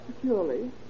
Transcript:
securely